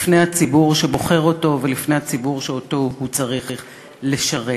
לפני הציבור שבוחר אותו ולפני הציבור שאותו הוא צריך לשרת.